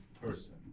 person